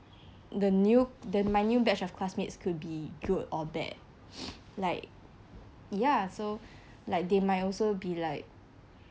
the new the my new batch of classmates could be good or bad like ya so they might also be like